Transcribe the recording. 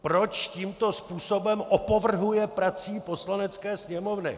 Proč tímto způsobem opovrhuje prací Poslanecké sněmovny!